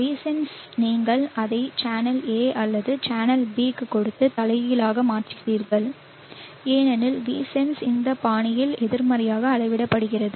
Vsense நீங்கள் அதை channel A அல்லது சேனல் B க்கு கொடுத்து தலைகீழாக மாற்றுகிறீர்கள் ஏனெனில் Vsense இந்த பாணியில் எதிர்மறையாக அளவிடப்படுகிறது